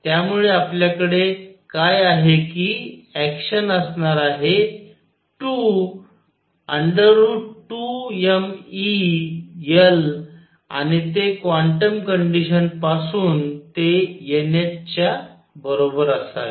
त्यामुळे आपल्याकडे काय आहे कि ऍक्शन असणार आहे 22mE L आणि ते क्वान्टम कंडिशन पासून ते n h च्या बरोबर असावे